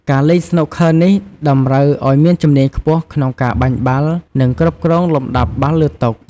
ការលេងស្នូកឃ័រនេះតម្រូវឲ្យមានជំនាញខ្ពស់ក្នុងការបាញ់បាល់ និងគ្រប់គ្រងលំដាប់បាល់លើតុ។